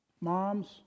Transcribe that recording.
Moms